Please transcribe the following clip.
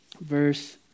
Verse